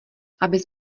abys